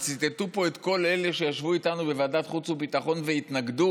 וציטטו פה את כל אלה שישבו איתנו בוועדת חוץ וביטחון והתנגדו,